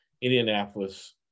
Indianapolis